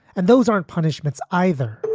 and those aren't punishments either